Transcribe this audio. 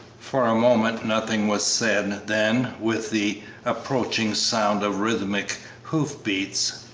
for a moment nothing was said, then, with the approaching sound of rhythmic hoof-beats,